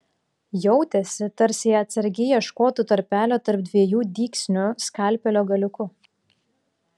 jautėsi tarsi atsargiai ieškotų tarpelio tarp dviejų dygsnių skalpelio galiuku